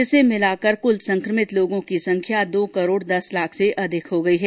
इसे मिलाकर कल संक्रमित लोगों की संख्या दो करोड़ दस लाख से अधिक हो गई है